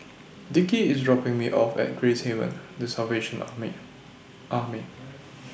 Dickie IS dropping Me off At Gracehaven The Salvation Army